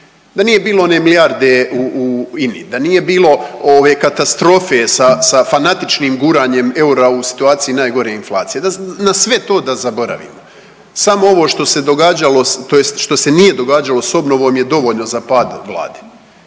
Da nije bilo one milijarde u INI, da nije bilo ove katastrofe sa fanatičnim guranjem eura u situaciji najgore inflacije, da na sve to da zaboravimo samo ovo što se događalo tj. što se nije događalo s obnovom je dovoljno za pad Vlade.